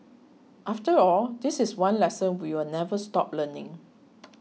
after all this is one lesson we will never stop learning